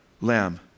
lamb